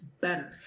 better